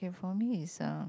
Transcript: for me is uh